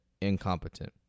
incompetent